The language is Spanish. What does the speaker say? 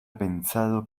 pensado